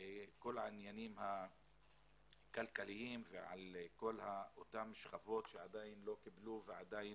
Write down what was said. כול העניינים הכלכליים וכול אותן שכבות שעדין לא קיבלו והן עדין